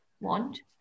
want